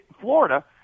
Florida